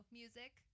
music